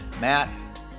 Matt